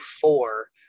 four